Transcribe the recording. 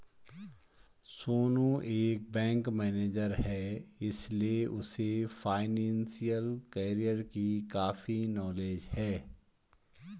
सोनू एक bank manager है इसीलिए उसे फाइनेंशियल कैरियर की काफी नॉलेज है